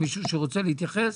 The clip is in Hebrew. לא.